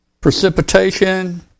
precipitation